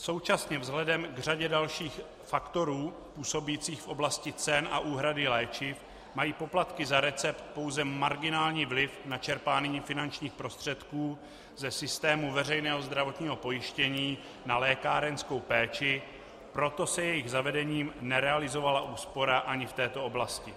Současně vzhledem k řadě dalších faktorů působících v oblasti cen a úhrady léčiv mají poplatky za recept pouze marginální vliv na čerpání finančních prostředků ze systému veřejného zdravotního pojištění na lékárenskou péči, proto se jejich zavedením nerealizovala úspora ani v této oblasti.